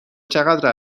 چقدر